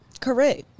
Correct